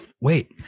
wait